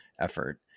effort